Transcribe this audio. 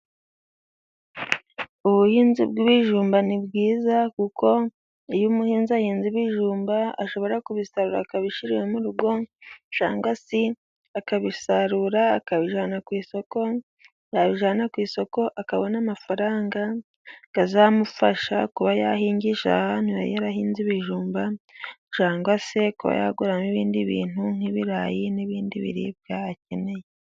Ubuhinzi bw'ibijumba ni bwiza kuko iyo umuhinzi ahinze ibijumba ashobora kubisarura akabishyira iwe mu rugo cyangwa se akabisarura akabivana ku isoko, yabijyana ku isoko akabona amafaranga amufasha kuba yahingisha ha hantu yari yarahinze ibijumba cyangwa se kuba yaguramo ibindi bintu nk'ibirayi n'ibindi biribwa acyeneye.